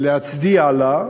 להצדיע לה,